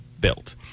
built